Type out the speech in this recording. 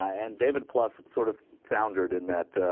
and david plus sort of foundered in that ah.